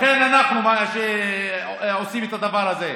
לכן אנחנו עושים את הדבר הזה.